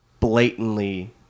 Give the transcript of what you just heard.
blatantly